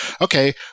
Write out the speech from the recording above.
okay